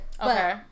Okay